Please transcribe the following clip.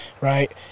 right